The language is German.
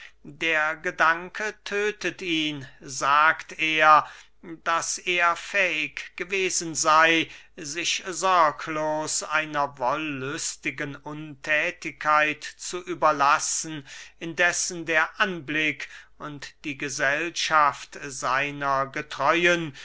der gedanke tödte ihn sagt er daß er fähig gewesen sey sich sorglos einer wollüstigen unthätigkeit zu überlassen indessen der anblick und die gesellschaft seiner getreuen